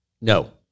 no